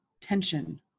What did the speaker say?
tension